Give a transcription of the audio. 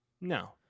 no